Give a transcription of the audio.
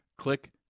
click